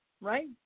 right